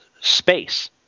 space